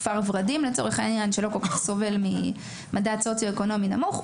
לצורך העניין כפר ורדים שלא סובל כל-כך ממדד סוציו-אקונומי נמוך,